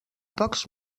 pocs